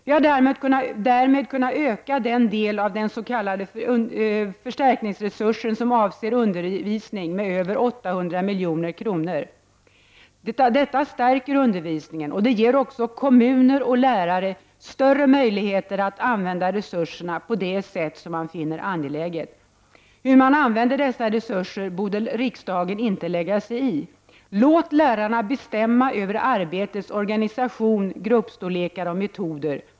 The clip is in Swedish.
Vi har därmed kunnat öka den del av den s.k. förstärkningsresursen som avser undervisning med över 800 milj.kr. Detta stärker undervisningen, och det ger också kommuner och lärare större möjligheter att använda resurserna på det sätt som man finner angeläget. Hur man använder dessa resurser borde riksdagen inte lägga sig i. Låt lärarna bestämma över arbetets organisation, gruppstorlekar och metoder.